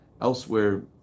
Elsewhere